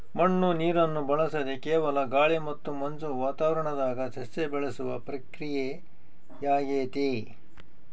ಮಣ್ಣು ನೀರನ್ನು ಬಳಸದೆ ಕೇವಲ ಗಾಳಿ ಮತ್ತು ಮಂಜು ವಾತಾವರಣದಾಗ ಸಸ್ಯ ಬೆಳೆಸುವ ಪ್ರಕ್ರಿಯೆಯಾಗೆತೆ